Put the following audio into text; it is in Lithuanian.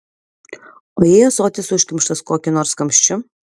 o jei ąsotis užkimštas kokiu nors kamščiu